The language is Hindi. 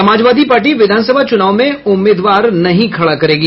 समाजवादी पार्टी विधानसभा चुनाव में उम्मीदवार नहीं खड़ा करेगी